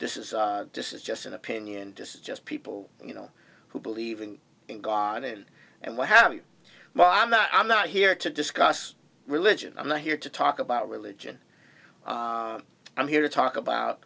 this is this is just an opinion to suggest people you know who believing in god and and what have you well i'm not i'm not here to discuss religion i'm not here to talk about religion i'm here to talk about